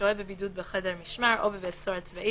ושוהה בבידוד בחדר משמר או בבית סוהר צבאי